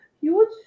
huge